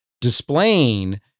displaying